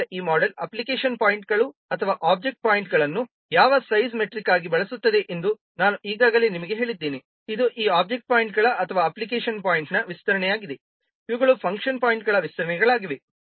ಆದ್ದರಿಂದ ಈ model application ಪಾಯಿಂಟ್ಗಳು ಅಥವಾ ಒಬ್ಜೆಕ್ಟ್ ಪಾಯಿಂಟ್ಗಳಗಳನ್ನು ಯಾವ ಸೈಜ್ ಮೆಟ್ರಿಕ್ ಆಗಿ ಬಳಸುತ್ತದೆ ಎಂದು ನಾನು ಈಗಾಗಲೇ ನಿಮಗೆ ಹೇಳಿದ್ದೇನೆ ಇದು ಈ ಒಬ್ಜೆಕ್ಟ್ ಪಾಯಿಂಟ್ಗಳ ಅಥವಾ ಅಪ್ಲಿಕೇಶನ್ ಪಾಯಿಂಟ್ನ ವಿಸ್ತರಣೆಯಾಗಿದೆ ಇವುಗಳು ಫಂಕ್ಷನ್ ಪಾಯಿಂಟ್ಗಳ ವಿಸ್ತರಣೆಗಳಾಗಿವೆ